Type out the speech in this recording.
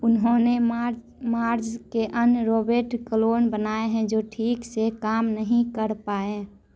उन्होंने मार्ज के अन्य रोबोट क्लोन बनाए हैं जो ठीक से काम नहीं कर पाए